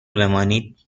بمانید